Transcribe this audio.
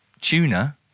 tuna